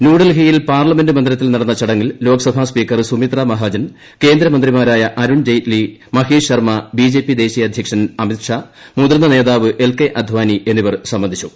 ന്യൂഡൽഹിയിൽ പാർലമെന്റ് മന്ദിരത്തിൽ നടന്ന ചടങ്ങിൽ ലോക്സഭാ സ്പീക്കർ സുമിത്ര മഹാജൻ കേന്ദ്രമന്ത്രിമാരായ Arun Jaitley Mahesh Sharma B J P ദേശീയ അധ്യക്ഷൻ അമിത് ഷാ മുതിർന്ന നേതാവ് എൽ കെ അദാനി എന്നിവർ സംബന്ധിച്ചു